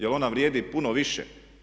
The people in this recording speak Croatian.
Jel' ona vrijedi puno više?